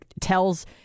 tells